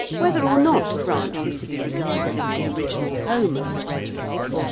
whether or not france is to be regarded as the original home of the red leg,